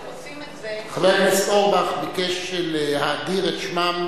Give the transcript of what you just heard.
חבר הכנסת אורבך ביקש להאדיר את שמם,